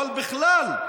אבל בכלל,